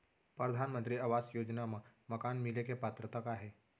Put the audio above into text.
परधानमंतरी आवास योजना मा मकान मिले के पात्रता का हे?